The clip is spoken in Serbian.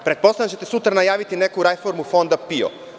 Pretpostavljam da ćete sutra najaviti neku reformu Fonda PIO.